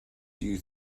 you